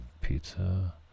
pizza